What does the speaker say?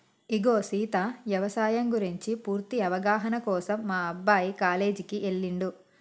ఇగో సీత యవసాయం గురించి పూర్తి అవగాహన కోసం మా అబ్బాయి కాలేజీకి ఎల్లిండు